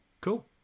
Cool